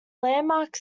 landmark